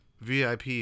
VIP